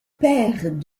pères